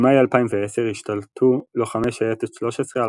במאי 2010 השתלטו לוחמי שייטת 13 על